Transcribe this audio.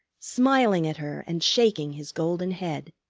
smiling at her and shaking his golden head.